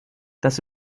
das